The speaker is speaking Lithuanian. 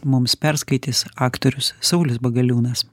mums perskaitys aktorius saulius bagaliūnas